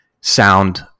sound